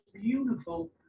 beautiful